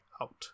out